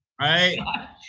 right